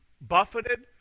buffeted